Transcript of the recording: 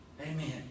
Amen